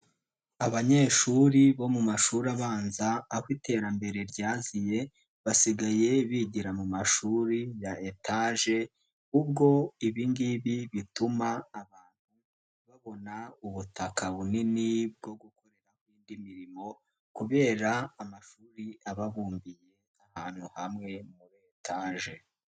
Abanyeshuri bo mu mashuri abanza aho iterambere ryaziye basigaye bigira mu mashuri ya etaje ubwo ibi ngibi bituma abantu babona ubutaka bunini bwo gukoreraho indi mirimo kubera amashuri aba abumbiye ahantu hamwe muri etaje.